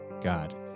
God